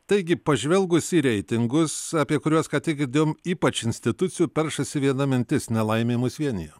taigi pažvelgus į reitingus apie kuriuos ką tik girdėjom ypač institucijų peršasi viena mintis nelaimė mus vienija